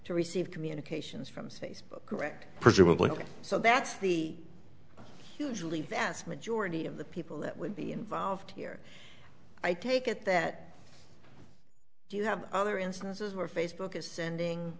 to receive communications from space correct presumably so that's the hugely vast majority of the people that would be involved here i take it that you have other instances where facebook is sending